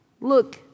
look